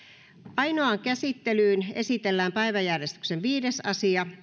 ainoaan käsittelyyn esitellään päiväjärjestyksen viides asia